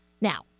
Now